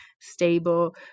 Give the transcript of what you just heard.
stable